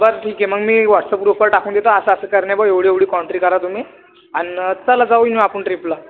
बरं ठीक आहे मग मी व्हॉटसअप ग्रुपवर टाकून देतो असा असं करण्यावर एवढी एवढी कॉन्ट्री करा तुम्ही आणि चला जाऊन येऊ आपण ट्रिपला